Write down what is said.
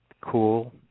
cool